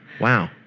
Wow